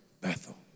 Bethel